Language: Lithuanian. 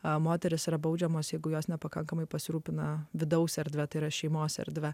o moterys yra baudžiamos jeigu jos nepakankamai pasirūpina vidaus erdvę tai yra šeimos erdve